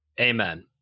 Amen